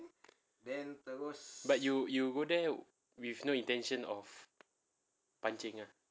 but you you go there with no intention of pancing ah